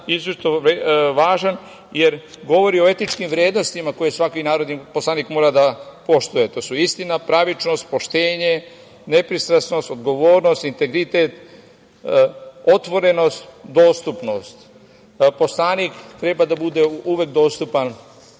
izuzetno važan, jer govori o etičkim vrednostima koje svaki narodni poslanik mora da poštuje. To su istina, pravičnost, poštenje, nepristrasnost, odgovornost, integritet, otvorenost, dostupnost. Poslanik treba da bude uvek dostupan